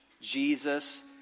Jesus